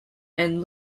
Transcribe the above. and